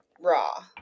raw